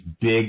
big